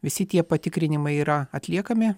visi tie patikrinimai yra atliekami